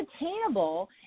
attainable